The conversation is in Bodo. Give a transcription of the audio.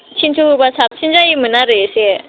थिनस' होबा साबसिन जायोमोन आरो इसे